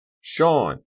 Sean